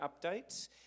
updates